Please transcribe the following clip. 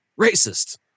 racist